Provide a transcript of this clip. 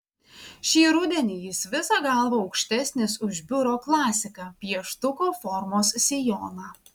šį rudenį jis visa galva aukštesnis už biuro klasiką pieštuko formos sijoną